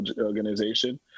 Organization